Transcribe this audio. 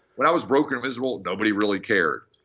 when i was broke and miserable, nobody really cared.